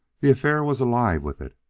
the affair was alive with it.